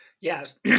Yes